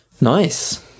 Nice